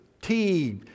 tea